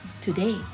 today